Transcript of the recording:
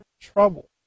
trouble